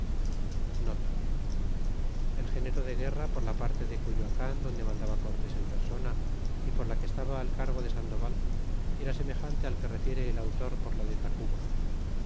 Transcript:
el genero de guerra por la parte de cuyoacan donde mandaba cortés en persona y por la que estaba al cargo de sandoval era semejante al que refiere el autor por la de tactiba